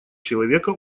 человека